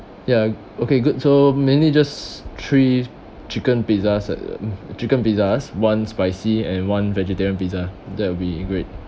ya okay good so mainly just three chicken pizzas chicken pizzas one spicy and one vegetarian pizza that will be great